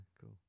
cool